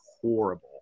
horrible